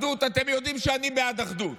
אחדות, אתם יודעים שאני בעד אחדות,